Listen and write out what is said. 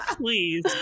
Please